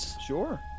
Sure